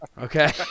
Okay